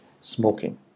smoking